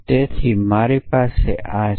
તેથી મારી પાસે આ છે